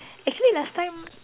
actually last time